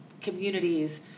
communities